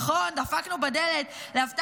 על דלתות